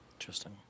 Interesting